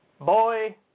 boy